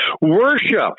worship